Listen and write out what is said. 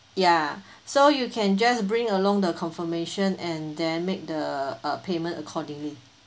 ya so you can just bring along the confirmation and then make the uh payment accordingly